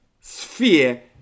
sphere